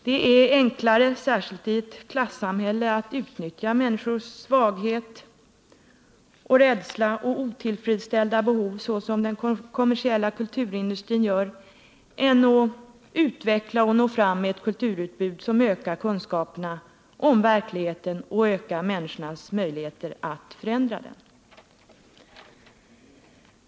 Det är enklare, särskilt i ett klassamhälle, att utnyttja människors svaghet, rädsla och otillfredsställda behov, såsom den kommersiella kulturindustrin gör, än att utveckla och nå fram med ett kulturutbud som ökar kunskaperna om verkligheten och förbättrar människornas möjligheter att förändra den.